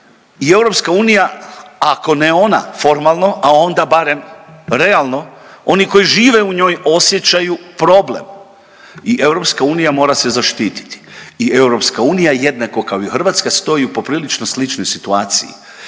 i EU, ako ne ona formalno, a onda barem realno oni koji žive u njoj, osjećaju problem i EU mora se zaštititi i EU jednako kao i Hrvatska stoji poprilično u sličnoj situaciji,